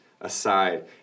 aside